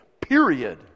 period